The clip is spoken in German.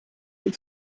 den